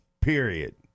Period